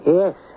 yes